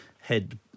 Head